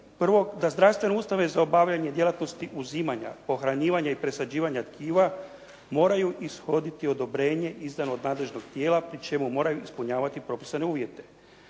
prvo da zdravstvene ustanove za obavljanje djelatnosti uzimanja, pohranjivanja i presađivanja tkiva moraju ishoditi odobrenje izdano od nadležnog tijela, pri čemu moraju ispunjavati propisane uvjete.